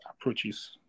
approaches